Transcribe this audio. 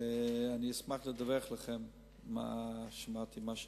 ואני אשמח לדווח לכם מה שמעתי ומה ראיתי.